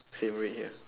same red here